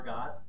God